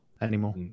anymore